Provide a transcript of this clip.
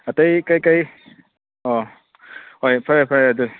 ꯑꯇꯩ ꯀꯩꯀꯩ ꯍꯣꯏ ꯐꯔꯦ ꯐꯔꯦ ꯑꯗꯨ